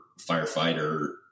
firefighter